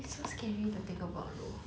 it's so scary to think about though